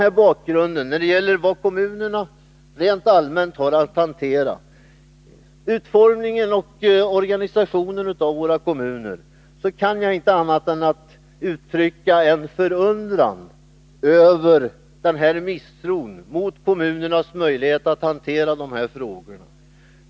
Med tanke på vad kommunerna rent allmänt har att hantera och med hänsyn till utformningen och organisationen av våra kommuner kan jag inte annat än uttrycka en förundran över den här misstron när det gäller kommunernas möjligheter att hantera dessa frågor.